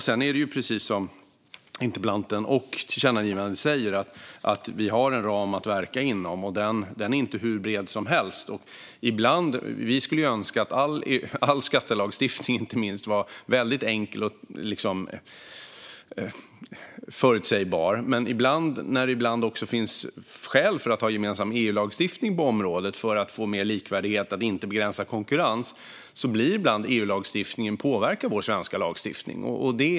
Sedan är det precis som interpellanten säger och som sägs i tillkännagivandet: Vi har en ram att verka inom, och den är inte hur bred som helst. Vi skulle önska att inte minst all skattelagstiftning var väldigt enkel och förutsägbar, men när det ibland finns skäl att ha gemensam EU-lagstiftning på området för att få mer likvärdighet och inte begränsa konkurrens påverkar EU-lagstiftningen ibland vår svenska lagstiftning.